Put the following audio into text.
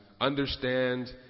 understand